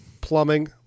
plumbing